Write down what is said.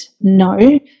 no